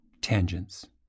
tangents